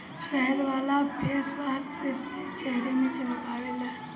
शहद वाला फेसवाश से चेहरा में चमक आवेला